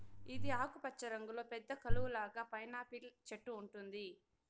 ఇది ఆకుపచ్చ రంగులో పెద్ద కలువ లాగా పైనాపిల్ చెట్టు ఉంటుంది